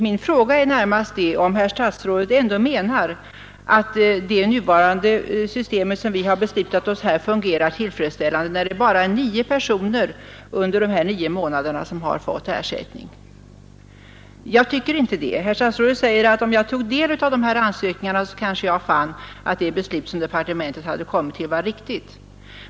Min fråga är närmast om herr statsrådet ändå menar att det nuvarande systemet fungerar tillfredsställande, när bara nio personer har fått ersättning under dessa nio månader. Jag tycker inte det. Herr statsrådet säger att om jag tog del av ansökningarna skulle jag finna att de beslut som departementet har kommit till var riktiga.